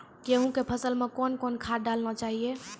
गेहूँ के फसल मे कौन कौन खाद डालने चाहिए?